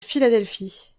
philadelphie